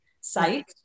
site